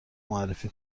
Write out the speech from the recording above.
معرفی